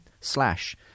slash